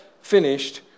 finished